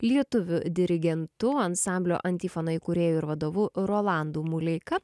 lietuvių dirigentu ansamblio antifona įkūrėju ir vadovu rolandu muleika